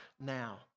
now